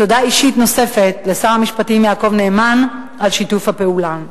תודה אישית נוספת לשר המשפטים יעקב נאמן על שיתוף הפעולה.